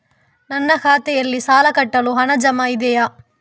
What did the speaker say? ನನ್ನ ಖಾತೆಯಲ್ಲಿ ಸಾಲ ಕಟ್ಟಲು ಹಣ ಜಮಾ ಇದೆಯೇ?